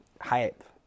hype